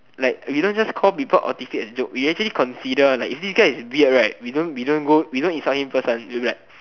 like we don't just call people autistic a joke we actually consider like if this guy is weird right we don't we don't go we don't insult him first one we'll be like